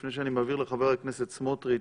לפני שאני מעביר לחבר הכנסת סמוטריץ',